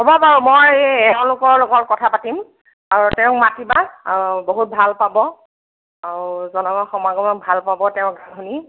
হ'ব বাৰু মই এই এওঁলোকৰ লগত কথা পাতিম আৰু তেওঁক মাতিবা অঁ বহুত ভাল পাব আৰু জনসমাগমত ভাল পাব তেওঁক শুনি